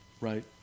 Right